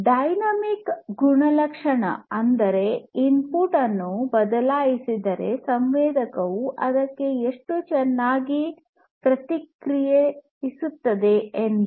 dynamic ಗುಣಲಕ್ಷಣ ಅಂದರೆ input ಅನ್ನು ಬದಲಾಯಿಸಿದರೆ ಸಂವೇದಕವು ಅದಕ್ಕೆ ಎಷ್ಟು ಚೆನ್ನಾಗಿ ಪ್ರತಿಕ್ರಿಯಿಸುತ್ತದೆ ಎಂದು